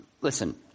listen